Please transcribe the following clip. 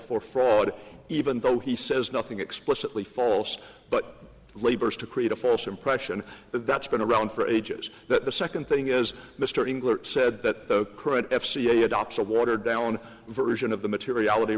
for fraud even though he says nothing explicitly false but labors to create a false impression that's been around for ages that the second thing is mr inglis said that the current f c a adopts a watered down version of the materiality